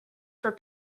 for